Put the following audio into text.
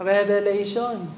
Revelation